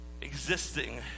Existing